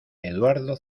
eduardo